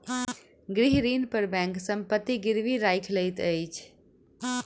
गृह ऋण पर बैंक संपत्ति गिरवी राइख लैत अछि